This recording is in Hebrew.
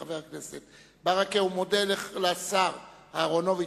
היום גם קיים חבר הכנסת ברכה כנס גדול באודיטוריום,